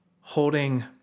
holding